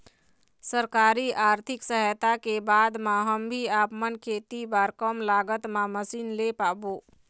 सरकारी आरथिक सहायता के बाद मा हम भी आपमन खेती बार कम लागत मा मशीन ले पाबो?